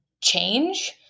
change